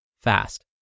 fast